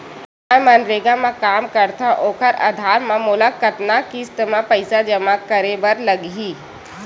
मैं मनरेगा म काम करथव, ओखर आधार म मोला कतना किस्त म पईसा जमा करे बर लगही?